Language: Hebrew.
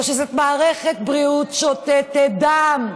או שזו מערכת בריאות שותתת דם,